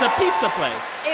ah pizza place